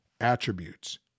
attributes